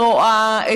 ורואָה,